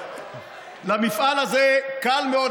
למפעל הזה קל מאוד,